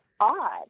odd